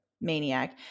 maniac